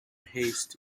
haste